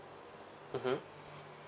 mmhmm